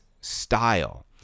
style